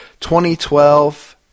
2012